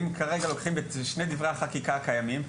אם כרגע לוקחים את שני דברי החקיקה הקיימים,